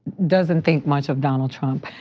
doesn't think much of donald trump.